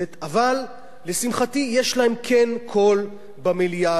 אבל לשמחתי יש להם כן קול במליאה הזאת,